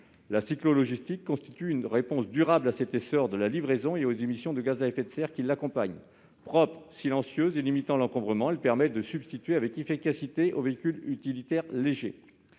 La cyclo-logistique est une réponse durable à l'essor de la livraison et aux émissions de gaz à effet de serre qui l'accompagnent. Propre, silencieuse et limitant l'encombrement, elle se substitue avec efficacité aux véhicules utilitaires légers.